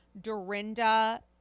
Dorinda